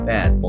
Bad